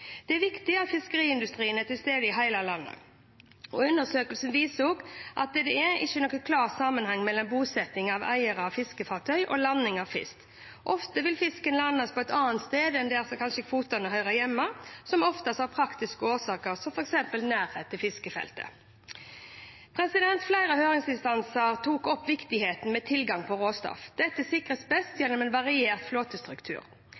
Det er viktig at fiskeriindustrien er til stede i hele landet. Undersøkelsen viser også at det ikke er noen klar sammenheng mellom bosetting av eiere av fiskefartøy og landing av fisk. Ofte vil fisken landes på et annet sted enn der kvotene kanskje hører hjemme, som oftest av praktiske årsaker, som f.eks. nærhet til fiskefeltet. Flere høringsinstanser tok opp viktigheten av tilgang på råstoff. Dette sikres best gjennom en variert flåtestruktur.